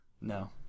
No